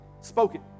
Spoken